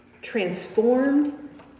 transformed